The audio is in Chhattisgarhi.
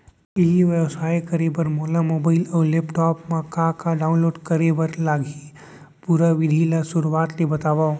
ई व्यवसाय करे बर मोला मोबाइल अऊ लैपटॉप मा का का डाऊनलोड करे बर लागही, पुरा विधि ला शुरुआत ले बतावव?